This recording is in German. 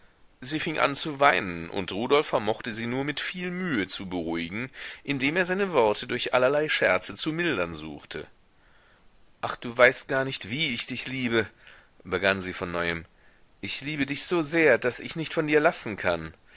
sie fing an zu weinen und rudolf vermochte sie nur mit viel mühe zu beruhigen indem er seine worte durch allerlei scherze zu mildern suchte ach du weißt gar nicht wie ich dich liebe begann sie von neuem ich liebe dich so sehr daß ich nicht von dir lassen kann